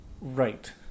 Right